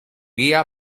guía